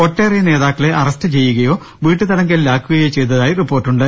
ഒട്ടേറെ നേതാക്കളെ അറസ്റ്റ് ചെയ്യുകയോ വീട്ടു തടങ്കലിലാക്കുകയോ ചെയ്തതായി റിപ്പോർട്ടുണ്ട്